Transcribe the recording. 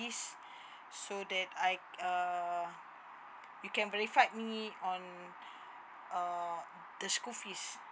so that I uh you can verified me on uh the school fees